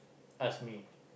ask me